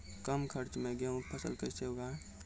कम खर्च मे गेहूँ का फसल कैसे उगाएं?